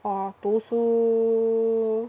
or 读书